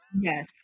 Yes